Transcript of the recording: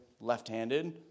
left-handed